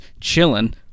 chilling